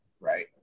right